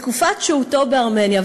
בתקופת שהותו בארמניה,